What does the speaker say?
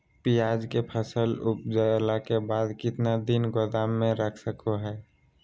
प्याज के फसल उपजला के बाद कितना दिन गोदाम में रख सको हय?